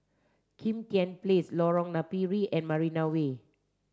Kim Tian Place Lorong Napiri and Marina Way